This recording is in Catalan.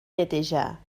netejar